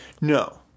No